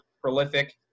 prolific